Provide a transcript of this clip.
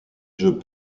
jeux